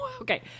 Okay